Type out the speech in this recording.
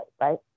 right